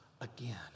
again